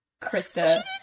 Krista